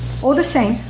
all the same,